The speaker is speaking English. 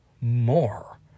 more